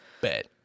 Bet